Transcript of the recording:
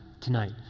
tonight